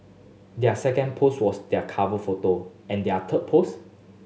their second post was their cover photo and their third post